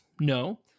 No